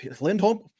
Lindholm